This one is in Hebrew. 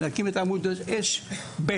להקים את עמוד האש ב'.